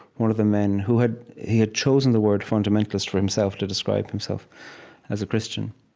one of the men who had he had chosen the word fundamentalist for himself to describe himself as a christian.